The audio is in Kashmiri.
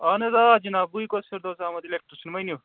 اَہَن حظ آ جِناب بٕے گۄس فِردوس احمد اِلیٚکٹریشَن ؤنیُو